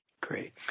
Great